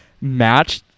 match